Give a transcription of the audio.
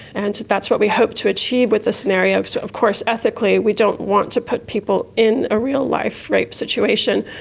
and that's what we hoped to achieve with the scenario because of course ethically we don't want to put people in a real-life rape situation,